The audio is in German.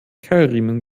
keilriemen